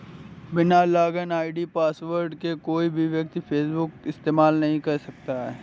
बिना login ID password के कोई भी व्यक्ति फेसबुक का इस्तेमाल नहीं कर सकता